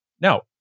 Now